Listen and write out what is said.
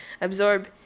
absorb